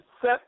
set